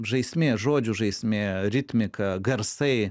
žaismė žodžių žaismė ritmika garsai